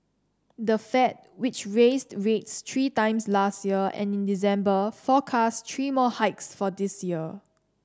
the Fed which raised rates three times last year and in December forecast three more hikes for this year